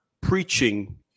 preaching